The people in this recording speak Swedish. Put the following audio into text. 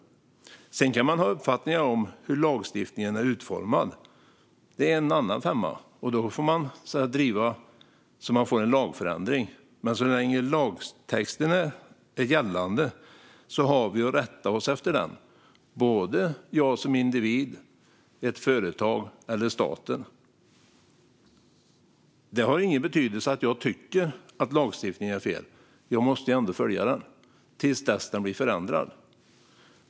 Sedan kan man ha uppfattningar om hur lagstiftningen är utformad. Det är en annan femma, och då får man driva på så att man får en lagförändring. Men så länge lagtexten är gällande har vi att rätta oss efter den, jag som individ, ett företag och staten. Det har ingen betydelse att jag tycker att lagstiftningen är fel. Jag måste ändå följa den till dess den blir förändrad.